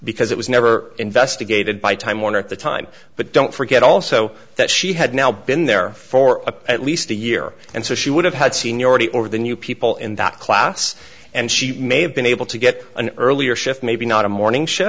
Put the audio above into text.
because it was never investigated by time warner at the time but don't forget also that she had now been there for a at least a year and so she would have had seniority over the new people in that class and she may have been able to get an earlier shift maybe not a morning sh